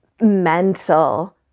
mental